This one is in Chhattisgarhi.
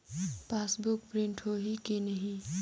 पासबुक प्रिंट होही कि नहीं?